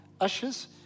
Ushers